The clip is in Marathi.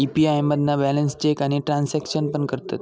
यी.पी.आय मधना बॅलेंस चेक आणि ट्रांसॅक्शन पण करतत